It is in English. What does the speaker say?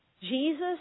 Jesus